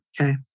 Okay